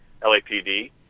LAPD